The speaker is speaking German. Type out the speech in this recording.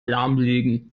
lahmlegen